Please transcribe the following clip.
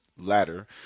ladder